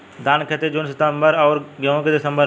धान क खेती जून में अउर गेहूँ क दिसंबर में?